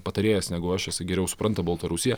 patarėjas negu aš jisai geriau supranta baltarusiją